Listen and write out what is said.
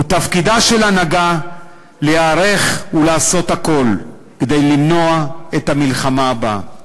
ותפקידה של ההנהגה להיערך ולעשות הכול כדי למנוע את המלחמה הבאה.